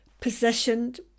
positioned